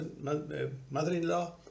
mother-in-law